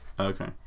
Okay